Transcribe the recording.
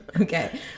Okay